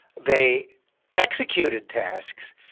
they executed tasks,